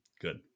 Good